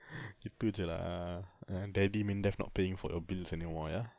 gitu jer lah daddy MINDEF not paying for your bills anymore ya